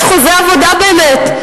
יש חוזה עבודה באמת.